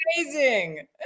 amazing